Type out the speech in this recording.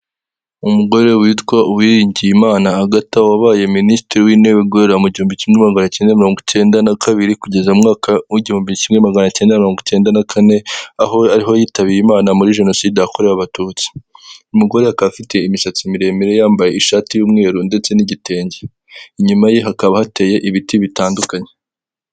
Umugore witwa Uwiringiyimana Agatha wabaye Minisitiri w'Intebe aguhera mu gihumbi kimwe magana cyenda mirongo ikenda na kabiri kugeza mu mwaka w'igihumbi kimwe magana cyenda mirongo ikenda na kane, aho ariho yitabiye Imana muri Jenoside yakorewe Abatutsi. Uyu mugore akaba afite imisatsi miremire yambaye ishati y'umweru ndetse n'igitenge. Inyuma ye hakaba hateye ibiti bitandukanye.